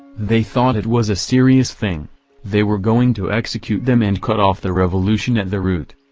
they thought it was a serious thing they were going to execute them and cut off the revolution at the root.